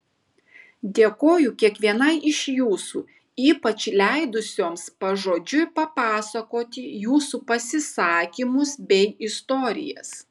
dėkoju kiekvienai iš jūsų ypač leidusioms pažodžiui papasakoti jūsų pasisakymus bei istorijas